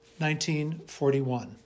1941